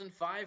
2005